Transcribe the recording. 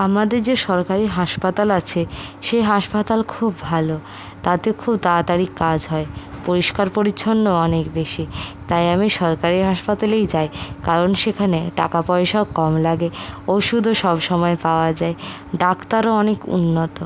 আমাদের যে সরকারি হাসপাতাল আছে সেই হাসপাতাল খুব ভালো তাতে খুব তাড়াতাড়ি কাজ হয় পরিষ্কার পরিচ্ছন্ন অনেক বেশি তাই আমি সরকারি হাসপাতালেই যাই কারণ সেখানে টাকা পয়সাও কম লাগে ওষুধও সবসময়ে পাওয়া যায় ডাক্তারও অনেক উন্নত